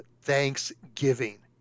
Thanksgiving